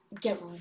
get